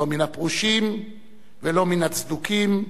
לא מן הפרושים ולא מן הצדוקים,